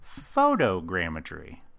photogrammetry